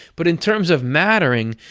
but in terms of mattering,